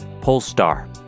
Polestar